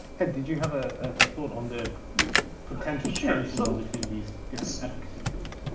ed, did you have a thought on the potential shares so between these advocacy groups?